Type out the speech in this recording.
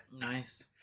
Nice